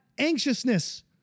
anxiousness